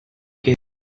que